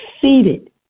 seated